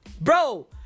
Bro